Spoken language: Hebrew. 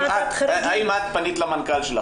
האם את פנית למנכ"ל שלך,